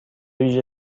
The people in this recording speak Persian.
ویژه